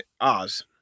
Oz